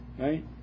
right